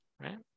right